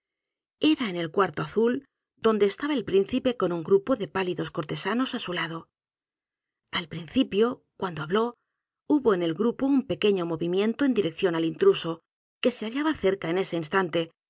a en el cuarto azul dónde estaba el príncipe con un g r u p o de pálidos cortesanos á su lado al principio cuando habló hubo en el grupo un pequeño movimiento en dirección al intruso que se hallaba cerca en ese instante